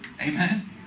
Amen